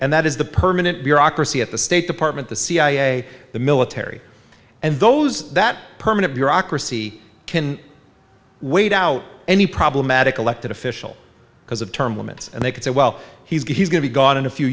and that is the permanent bureaucracy at the state department the cia the military and those that permanent bureaucracy can wait out any problematic elected official because of term limits and they could say well he's going to gone in a few